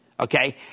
Okay